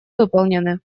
выполнены